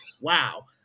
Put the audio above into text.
wow